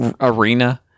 arena